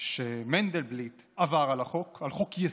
שמנדלבליט עבר על חוק-יסוד,